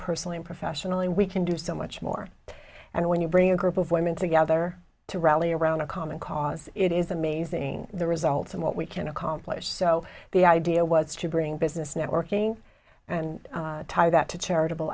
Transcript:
personally and professionally we can do so much more and when you bring a group of women together to rally around a common cause it is amazing the results and what we can accomplish so the idea was to bring business networking and tie that to charitable